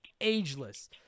ageless